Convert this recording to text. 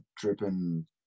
dripping